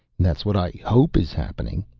that's what i hope is happening.